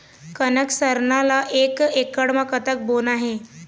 कनक सरना ला एक एकड़ म कतक बोना हे?